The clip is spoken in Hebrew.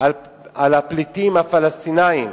בפליטים הפלסטינים